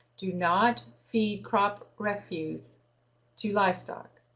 do not feed crop refuse to livestock.